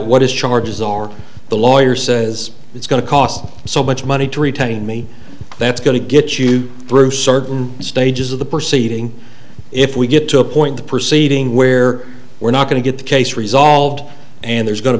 what his charges are the lawyer says it's going to cost so much money to retain me that's going to get you through certain stages of the perceiving if we get to a point proceeding where we're not going to get the case resolved and there's go